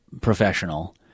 professional